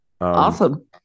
Awesome